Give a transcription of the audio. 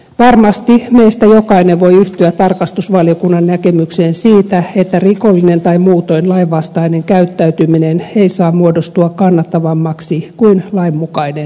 varmasti meistä jokainen voi yhtyä tarkastusvaliokunnan näkemykseen siitä että rikollinen tai muutoin lainvastainen käyttäytyminen ei saa muodostua kannattavammaksi kuin lainmukainen menettely